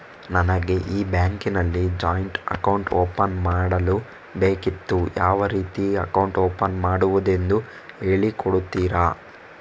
ನನಗೆ ಈ ಬ್ಯಾಂಕ್ ಅಲ್ಲಿ ಜಾಯಿಂಟ್ ಅಕೌಂಟ್ ಓಪನ್ ಮಾಡಲು ಬೇಕಿತ್ತು, ಯಾವ ರೀತಿ ಅಕೌಂಟ್ ಓಪನ್ ಮಾಡುದೆಂದು ಹೇಳಿ ಕೊಡುತ್ತೀರಾ?